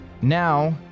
Now